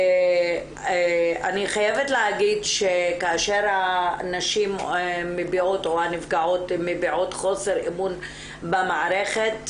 אני חייבת להגיד שכאשר הנפגעות מביעות חוסר אמון במערכת,